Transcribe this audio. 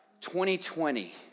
2020